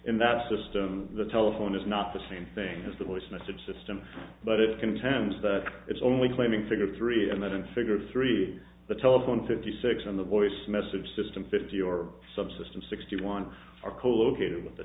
in that system the telephone is not the same thing as the voice message system but it contends that it's only claiming figure three and then figure three the telephone fifty six and the voice message system fifty or subsystem sixty one are colocated with the